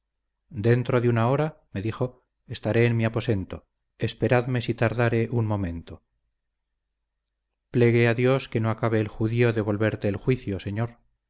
dentro de una hora me dijo estaré en mi aposento esperadme si tardare un momento plegue a dios que no acabe el judío de volverte el juicio señor